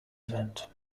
event